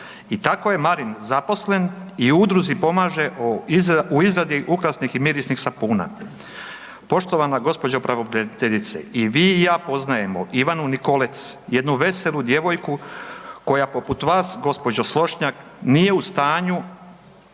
I tako je Marin zaposlen i u udruzi pomaže u izradi ukrasnih i mirisnih sapuna. Poštovana gđo. pravobraniteljice, i vi i ja poznajemo Ivanu Nikolec jednu veselu djevojku koja poput vas gđo. Slošnjak nije u stanju